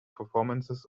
performances